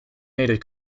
native